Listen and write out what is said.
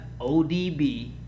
ODB